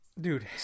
Dude